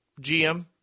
GM